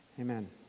Amen